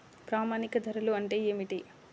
ప్రామాణిక ధరలు అంటే ఏమిటీ?